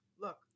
Look